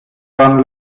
waren